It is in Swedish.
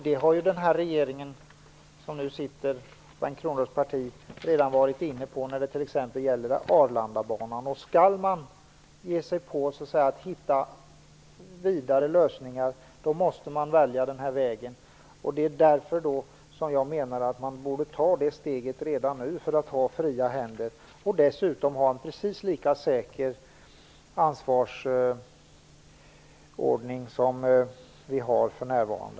Det har den regering som nu sitter, Bengt Kronblads parti, redan varit inne på när det gäller t.ex. Arlandabanan. Skall man ge sig på att hitta vidare lösningar måste man välja denna väg. Det är därför jag menar att man borde ta det steget redan nu för att ha fria händer och dessutom ha en precis lika säker ansvarsordning som vi har för närvarande.